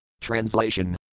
Translation